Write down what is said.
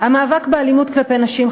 המאבק באלימות כלפי נשים,